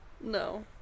no